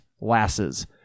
lasses